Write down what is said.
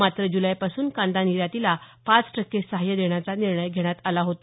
मात्र ज्लैपासून कांदा निर्यातीला पाच टक्के सहाय्य देण्याचा निर्णय घेण्यात आला होता